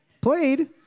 played